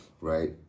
Right